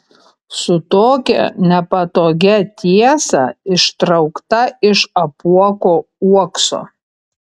su tokia nepatogia tiesa ištraukta iš apuoko uokso